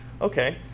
Okay